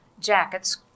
jackets